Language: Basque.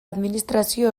administrazio